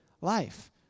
life